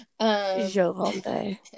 Jovante